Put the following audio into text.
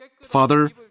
Father